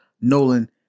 Nolan